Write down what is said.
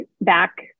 back